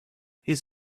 his